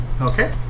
Okay